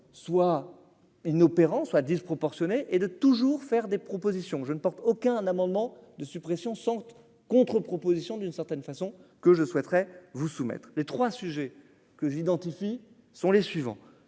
soit inopérant soit disproportionnée et de toujours faire des propositions, je ne porte aucun amendement de suppression sentent contre-propositions, d'une certaine façon, que je souhaiterais vous soumettre les 3 sujets que j'identifie sont les suivants